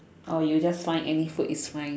oh you just find any food is fine